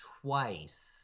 twice